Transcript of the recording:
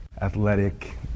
Athletic